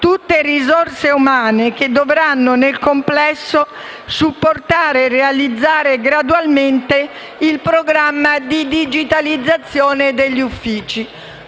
Tutte risorse umane che dovranno, nel complesso, supportare e realizzare gradualmente il programma di digitalizzazione degli uffici.